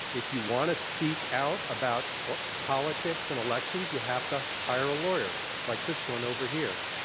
if you want to speak out about politics and elections you have to hire a lawyer like this one over here.